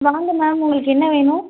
வாங்க மேம் உங்களுக்கு என்ன வேணும்